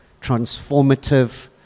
transformative